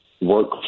work